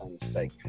mistake